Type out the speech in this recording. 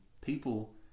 people